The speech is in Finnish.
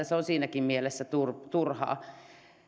se on siinäkin mielessä turhaa turhaa